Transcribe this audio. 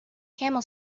camel